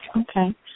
Okay